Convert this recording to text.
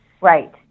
Right